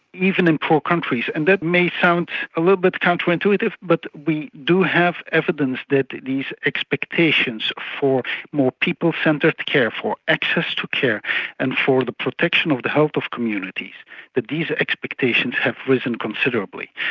even in poor countries and that may sound a little bit counterintuitive but we do have evidence that these expectations for more people centred care, for access to care and for the protection of the health of communities that these expectations have risen considerably.